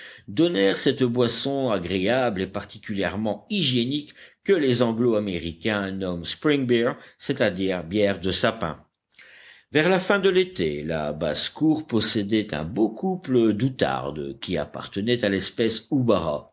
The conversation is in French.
donnèrent cette boisson agréable et particulièrement hygiénique que les anglo américains nomment spring berr c'està-dire bière de sapin vers la fin de l'été la basse-cour possédait un beau couple d'outardes qui appartenaient à l'espèce houbara